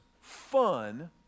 fun